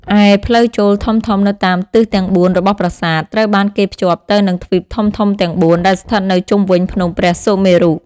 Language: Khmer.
ឯ ផ្លូវចូលធំៗនៅតាមទិសទាំងបួនរបស់ប្រាសាទ ត្រូវបានគេភ្ជាប់ទៅនឹងទ្វីបធំៗទាំងបួន ដែលស្ថិតនៅជុំវិញភ្នំព្រះសុមេរុ។